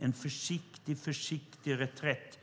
Utbildningsministern har gjort en försiktig reträtt